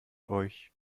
euch